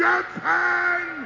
Japan